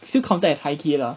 still contact as high key lah